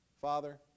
Father